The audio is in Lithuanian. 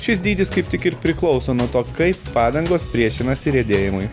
šis dydis kaip tik ir priklauso nuo to kaip padangos priešinasi riedėjimui